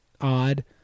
odd